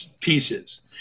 pieces